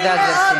תודה, גברתי.